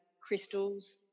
crystals